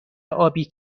آبی